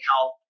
health